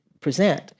present